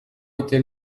était